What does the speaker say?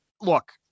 Look